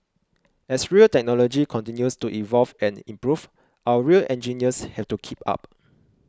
as rail technology continues to evolve and improve our rail engineers have to keep up